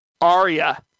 Aria